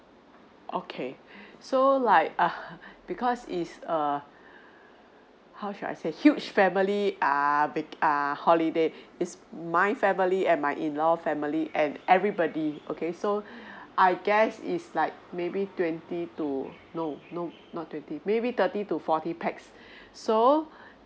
okay so like !huh! because is err how should I say huge family are vac~ are holiday it's mine family and my in law family and everybody okay so I guess is like maybe twenty to no nope not twenty maybe thirty to forty pax so